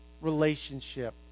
relationship